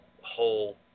whole